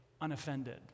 unoffended